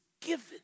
given